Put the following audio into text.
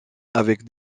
avec